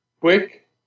Quick